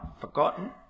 forgotten